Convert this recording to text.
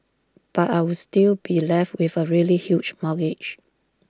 but I would still be left with A really huge mortgage